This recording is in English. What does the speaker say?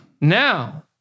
Now